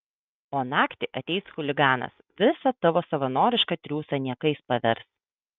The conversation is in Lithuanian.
o naktį ateis chuliganas visą tavo savanorišką triūsą niekais pavers